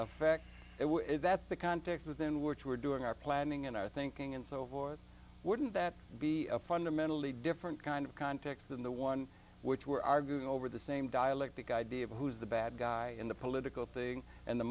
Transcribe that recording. effect that the context within which we're doing our planning and our thinking and so forth wouldn't that be a fundamentally different kind of context than the one which we're arguing over the same dialectic idea of who's the bad guy in the political thing and the